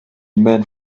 men